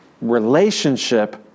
relationship